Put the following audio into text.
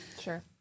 Sure